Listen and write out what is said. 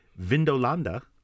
Vindolanda